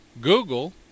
Google